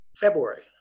february